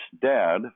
dad